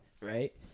right